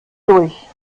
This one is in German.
durch